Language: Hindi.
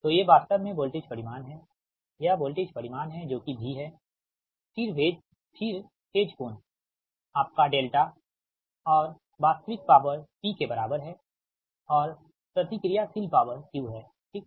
तो ये वास्तव में वोल्टेज परिमाण हैं यह वोल्टेज परिमाण है जो कि V हैफिर फेज कोण आपका डेल्टा और वास्तविक पॉवर P के बराबर है और प्रतिक्रियाशील पॉवर Q है ठीक है